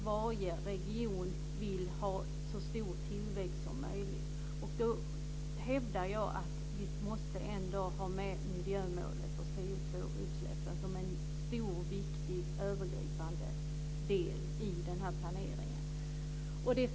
Varje region vill ju ha så stor tillväxt som möjligt men jag menar att vi ändå måste ha med miljömålet och koldioxidutsläppen som en stor och viktig övergripande del i den här planeringen.